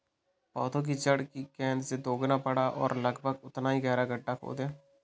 पौधे की जड़ की गेंद से दोगुना बड़ा और लगभग उतना ही गहरा गड्ढा खोदें